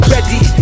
Ready